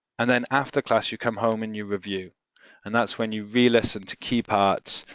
and then after class, you come home and you review and that's when you re-listen to key parts,